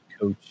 coach